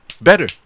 better